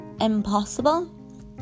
impossible